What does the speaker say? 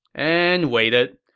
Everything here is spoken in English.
and waited,